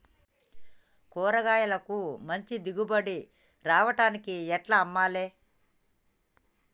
కూరగాయలకు మంచి దిగుబడి రావడానికి ఎట్ల అమ్మాలే?